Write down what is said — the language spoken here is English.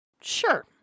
Sure